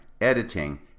editing